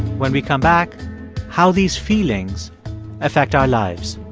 when we come back how these feelings affect our lives